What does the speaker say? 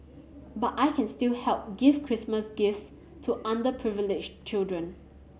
but I can still help give Christmas gifts to underprivileged children